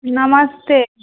नमस्ते